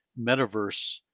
metaverse